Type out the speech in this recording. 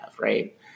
right